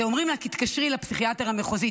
זה אומרים לה: תתקשרי לפסיכיאטר המחוזי,